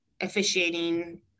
officiating